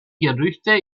gerüchte